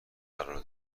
قرار